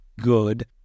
good